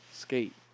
skate